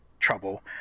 trouble